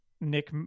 Nick